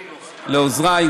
לעוזריי,